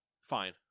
Fine